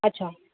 अछा